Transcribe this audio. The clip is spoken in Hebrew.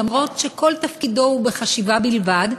אף שכל תפקידו הוא בחשיבה בלבד,